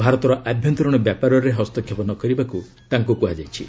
ଭାରତର ଆଭ୍ୟନ୍ତରୀଣ ବ୍ୟାପାରରେ ହସ୍ତକ୍ଷେପ ନ କରିବାକୁ ତାଙ୍କୁ କୁହାଯାଇଛି